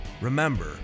Remember